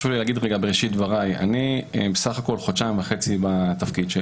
בראשית דבריי חשוב לי להגיד שאני בסך הכול חודשיים וחצי בתפקידי.